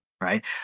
right